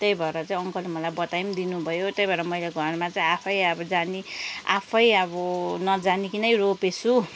त्यही भएर चाहिँ अङ्कलले मलाई बताई पनि दिनुभयो त्यही भएर मैले घरमा चाहिँ आफै अब जानी आफै अब नजानिकनै रोपेँछु